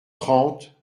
trente